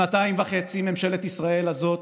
שנתיים וחצי ממשלת ישראל הזאת